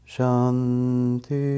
Shanti